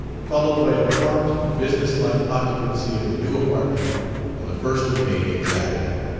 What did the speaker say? followed by a prompt, business-like occupancy of the new apartment on the first of may exactly.